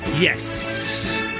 Yes